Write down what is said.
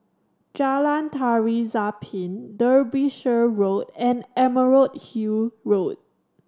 Jalan Tari Zapin Derbyshire Road and Emerald Hill Road